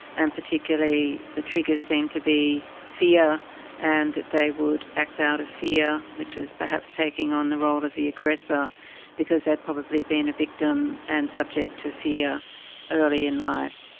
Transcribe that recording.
and particularly the triggers seemed to be fear and that they would act out of fear, which is perhaps taking on the role of the aggressor because they had probably been a victim and subject to fear early in life.